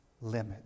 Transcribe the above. limit